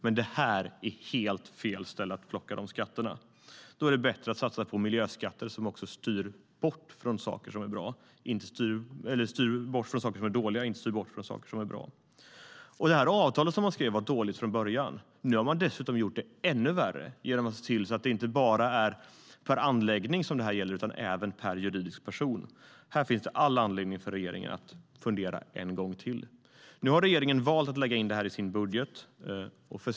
Men det här är helt fel ställe att plocka in de skatterna från. Det är bättre att satsa på miljöskatter som styr bort från saker som är dåliga och inte från saker som är bra. Avtalet som skrevs var dåligt från början. Nu har man dessutom gjort det ännu sämre genom att se till att det inte bara gäller per anläggning utan även per juridisk person. Det finns all anledning för regeringen att fundera en gång till. Regeringen har valt att lägga in detta i sin budget.